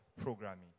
programming